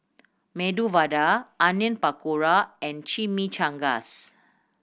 Medu Vada Onion Pakora and Chimichangas